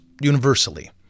universally